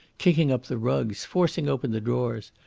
kicking up the rugs, forcing open the drawers,